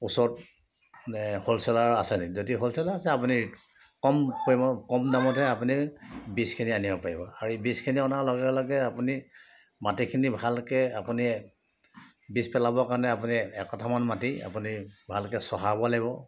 ওচৰত হোলচেলাৰ আছে নি যদি হোলচেলাৰ আছে আপুনি কম পৰিমাণত কম দামতে আপুনি বীজখিনি আনিব পাৰিব আৰু এই বীজখিনি অনা লগে লগে আপুনি মাটিখিনি ভালকৈ আপুনি বীজ পেলাব কাৰণে আপুনি একঠামান মাটি আপুনি ভালকৈ চহ